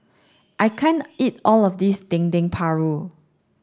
I can't eat all of this Dendeng Paru